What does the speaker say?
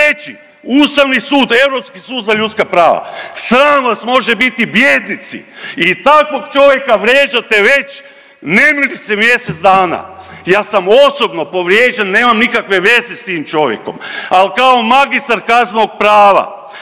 treći, ustavni sud, Europski sud za ljudska prava? Sram vas može biti bijednici i takvog čovjeka vrijeđate već nemilice mjesec dana. Ja sam osobno povrijeđen, nemam nikakve veze s tim čovjekom, al kao magistar kaznenog prava,